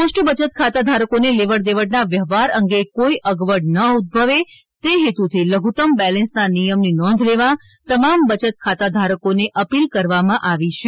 post બયત ખાતા ધારકોને લેવડદેવડના વ્યવહાર અંગે કોઇ અગવડ ન ઉદભવે તે હેતુથી લધુતમ બેલેન્સ ના નિયમ ની નોંધ લેવા તમામ બચત ખાતા ધારકોને અપીલ કરવા માં આવી છે